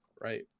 right